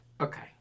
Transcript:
Okay